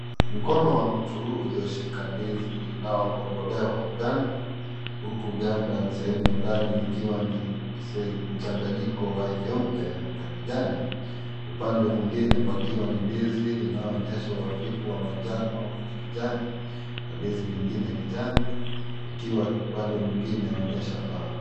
Mkono wa mtu ulioshika ndizi inayogombolewa maganda huku sehemu ya ndani ikiwa ni mchanganyiko wa nyeupe na kijani upande mwingine pakiwa ni ndizi inayoonyesha uhafifu wa manjano na kijani na ndizi nyingine kijani ukiwa pande mwingine onyesha paa.